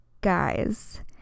Guys